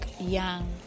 young